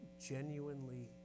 genuinely